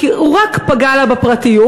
הוא רק פגע לה בפרטיות,